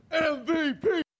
MVP